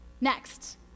Next